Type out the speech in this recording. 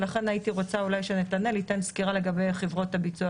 רשות האוכלוסין ההגירה ומעברי הגבול מירי כהן